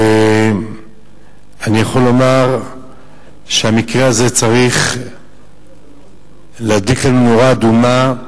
אני יכול לומר שהמקרה הזה צריך להדליק לנו נורה אדומה,